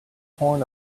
horn